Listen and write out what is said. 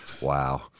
Wow